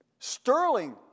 Sterling